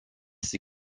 sie